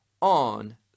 on